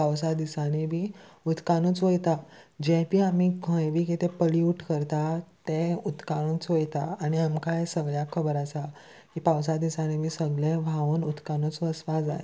पावसा दिसांनी बी उदकानूच वयता जें बी आमी खंय बी कितें पलयूट करता तें उदकानूच वयता आनी आमकां हें सगळ्याक खबर आसा की पावसा दिसांनी बी सगळें व्हांवन उदकानूच वचपा जाय